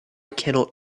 cannot